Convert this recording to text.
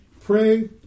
Pray